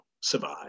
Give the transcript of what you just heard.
survive